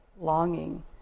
longing